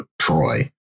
Troy